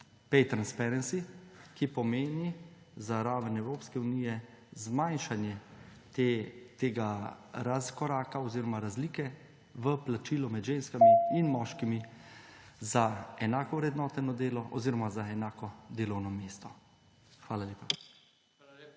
pay transparency, ki pomeni za raven Evropske unije zmanjšanje tega razkoraka oziroma razlike v plačilu med ženskami in moškimi za enako vrednoteno delo oziroma za enako delovno mesto. Hvala lepa.